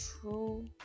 true